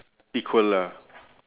equal ah